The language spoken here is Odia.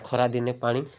ଖରାଦିନେ ପାଣି